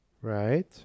Right